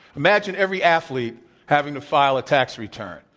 imagine every athlete having to file a tax return.